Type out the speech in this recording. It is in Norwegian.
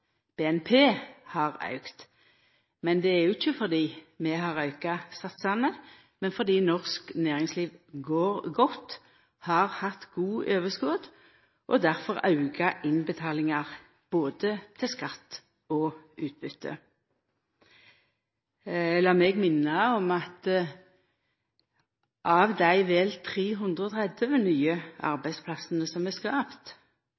BNP har auka. Det er ikkje fordi vi har auka satsane, men fordi norsk næringsliv går godt, har hatt gode overskot og difor auka innbetalingane til både skatt og utbytte. Lat meg minna om at av dei vel 330 000 nye arbeidsplassane som er